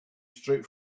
straight